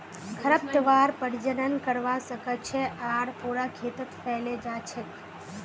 खरपतवार प्रजनन करवा स ख छ आर पूरा खेतत फैले जा छेक